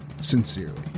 Sincerely